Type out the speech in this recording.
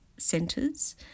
centres